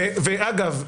אגב,